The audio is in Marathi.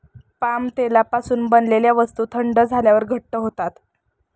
पाम तेलापासून बनवलेल्या वस्तू थंड झाल्यावर घट्ट होतात